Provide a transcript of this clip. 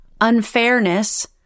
unfairness